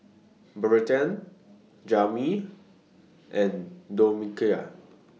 Bertha Jamil and Domenica